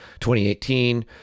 2018